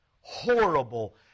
Horrible